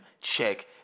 Check